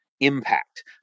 impact